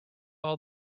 all